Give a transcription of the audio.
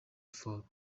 for